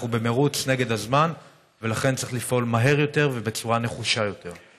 אנחנו במרוץ נגד הזמן ולכן צריך לפעול מהר יותר ובצורה נחושה יותר.